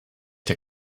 der